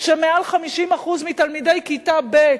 כשיותר מ-50% מתלמידי כיתה ב'